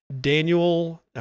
Daniel